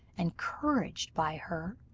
encouraged by her,